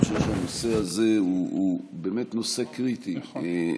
אני חושב שהנושא הזה הוא באמת נושא קריטי.